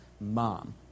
mom